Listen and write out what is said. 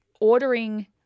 ordering